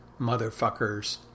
motherfuckers